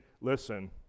listen